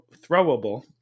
throwable